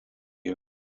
you